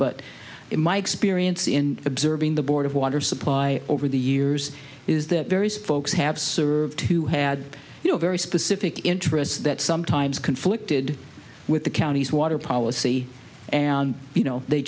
but in my experience in observing the board of water supply over the years is that various folks have served who had you know very specific interests that sometimes conflicted with the county's water policy and you know they